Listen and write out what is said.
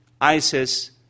ISIS